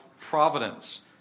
Providence